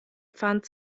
pfand